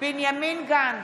בנימין גנץ,